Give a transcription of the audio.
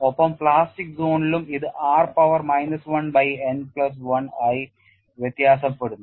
ഒപ്പം പ്ലാസ്റ്റിക് സോണിലും ഇത് r power minus 1 by n plus 1 ആയി വ്യത്യാസപ്പെടുന്നു